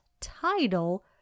title